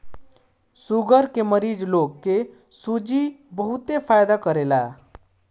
sugar के मरीज लोग के सूजी बहुते फायदा करेला